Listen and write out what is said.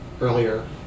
earlier